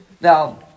Now